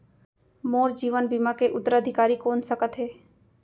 मोर जीवन बीमा के उत्तराधिकारी कोन सकत हे?